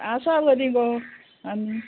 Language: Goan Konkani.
आसा बरी गो